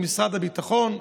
משרד הביטחון,